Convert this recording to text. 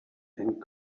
and